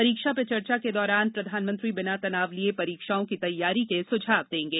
परीक्षा पे चर्चा के दौरान प्रधानमंत्री बिना तनाव लिए परीक्षाओं की तैयारी के सुझाव देंगे